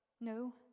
No